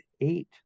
eight